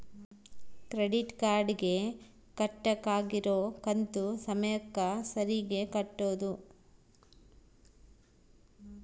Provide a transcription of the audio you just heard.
credit card ಗೆ ಕಟ್ಬಕಾಗಿರೋ ಕಂತು ಸಮಯಕ್ಕ ಸರೀಗೆ ಕಟೋದು